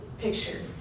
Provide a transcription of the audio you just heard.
picture